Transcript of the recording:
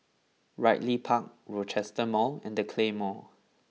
Ridley Park Rochester Mall and The Claymore